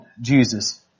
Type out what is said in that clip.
Jesus